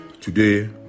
Today